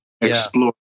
explore